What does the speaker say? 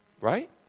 Right